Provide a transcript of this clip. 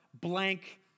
blank